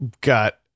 got